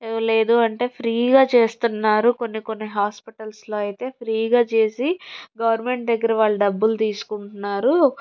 లేదు అంటే ఫ్రీగా చేస్తున్నారు కొన్ని కొన్ని హాస్పిటల్స్లో అయితే ఫ్రీగా చేసి గవర్నమెంట్ దగ్గర వాళ్ళు డబ్బులు తీసుకుంటున్నారు